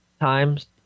times